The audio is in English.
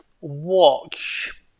watch